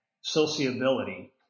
sociability